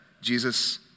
Jesus